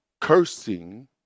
cursing